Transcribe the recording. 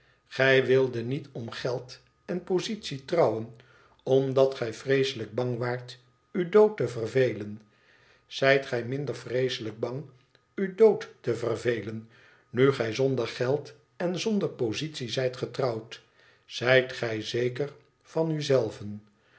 gij wildet niet om geld en positie trouwen omdat gij vreeselijk bang waart u dood te vervelen zijt gij minder vreeselijk bang u dood te vervelen nu gij zonder geld en zonder positie zijt getrouwd zijt gij zeker van u